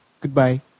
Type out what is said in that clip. goodbye